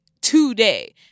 today